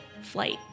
flight